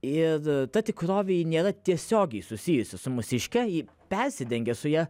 ir ta tikrovė ji nėra tiesiogiai susijusi su mūsiške ji persidengia su ja